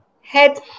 Head